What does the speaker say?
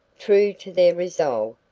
true to their resolve,